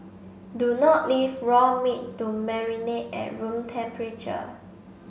do not leave raw meat to marinate at room temperature